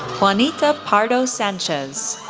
juanita pardo-sanchez,